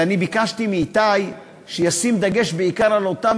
ואני ביקשתי מאיתי שישים דגש בעיקר על אותם